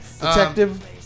Detective